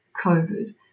COVID